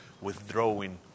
withdrawing